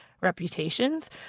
reputations